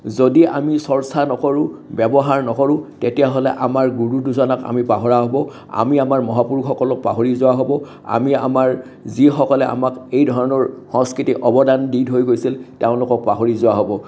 যদি আমি চৰ্চা নকৰোঁ ব্যৱহাৰ নকৰোঁ তেতিয়াহ'লে আমাৰ গুৰু দুজনাক আমি পাহৰা হ'ব আমি আমাৰ মহাপুৰুষসকলক পাহৰি যোৱা হ'ব আমি আমাৰ যিসকলে আমাক এই ধৰণৰ সংস্কৃতিক অৱদান দি থৈ গৈছিল তেওঁলোকক পাহৰি যোৱা হ'ব